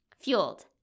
fueled